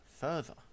further